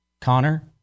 Connor